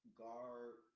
guard